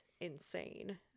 insane